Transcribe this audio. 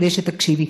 כדי שתקשיבי,